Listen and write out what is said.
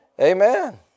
Amen